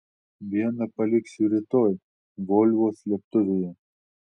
vieną paliksiu rytoj volvo slėptuvėje